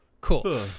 Cool